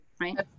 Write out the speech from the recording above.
right